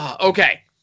Okay